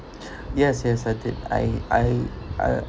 yes yes I did I I I